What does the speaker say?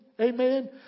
Amen